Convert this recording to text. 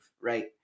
right